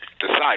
decide